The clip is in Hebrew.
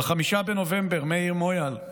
ב-5 בנובמבר נהרג מאיר מויאל,